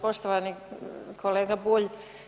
Poštovani kolega Bulj.